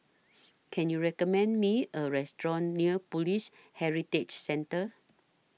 Can YOU recommend Me A Restaurant near Police Heritage Centre